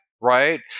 right